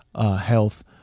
health